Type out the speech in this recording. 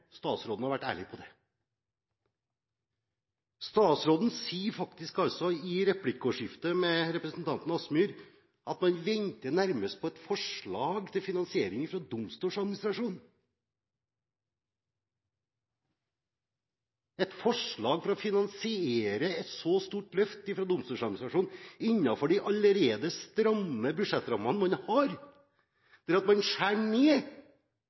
statsråden kunne ha vært ærlig på det. Statsråden sier faktisk i replikkordskiftet med representanten Kielland Asmyhr at man nærmest venter på et forslag til finansiering fra Domstoladministrasjonen – et forslag for å finansiere et så stort løft fra Domstoladministrasjonen innenfor de allerede stramme budsjettrammene man har, der man skjærer ned